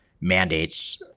mandates